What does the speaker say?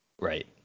Right